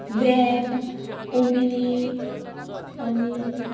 वेन omni आनी